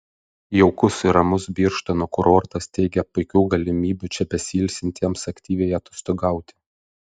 jaukus ir ramus birštono kurortas teikia puikių galimybių čia besiilsintiems aktyviai atostogauti